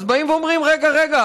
אז באים ואומרים: רגע, רגע.